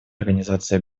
организации